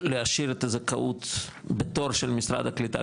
להשאיר את הזכאות בתור של משרד הקליטה,